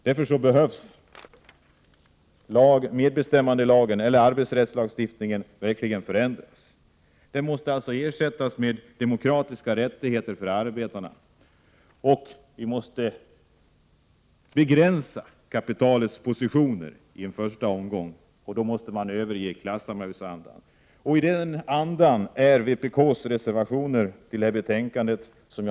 Därför behöver arbetsrättslagstiftningen verkligen förändras. Den måste ersättas med demokratiska rättigheter för arbetarna. Vi måste i en första omgång försvaga kapitalets positioner, och då måste man överge klassamarbetsandan. I den andan är vpk:s reservationer till det här betänkandet skrivna.